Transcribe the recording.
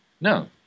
No